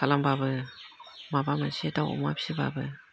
खालामबाबो माबा मोनसे दाउ अमा फिबाबो